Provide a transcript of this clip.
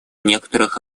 некоторых